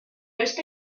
esta